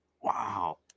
Wow